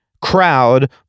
Crowd